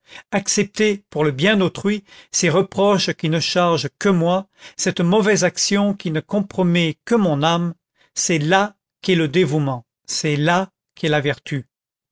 accepter pour le bien d'autrui ces reproches qui ne chargent que moi cette mauvaise action qui ne compromet que mon âme c'est là qu'est le dévouement c'est là qu'est la vertu